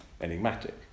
enigmatic